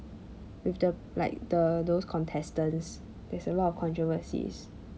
with the like the those contestants there's a lot of controversies